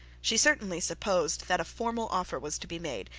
she certainly supposed that a formal offer was to be made,